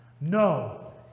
No